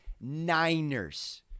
Niners